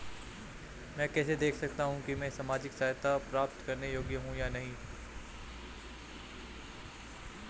मैं कैसे देख सकता हूं कि मैं सामाजिक सहायता प्राप्त करने योग्य हूं या नहीं?